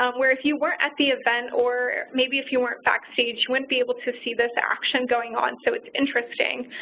um where if you weren't at the event or maybe if you weren't backstage, you wouldn't be able to see this action going on, so it's interesting.